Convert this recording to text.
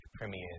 premiere